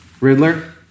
Riddler